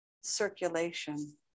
circulation